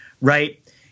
right